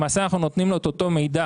למעשה אנחנו נותנים לו את אותו מידע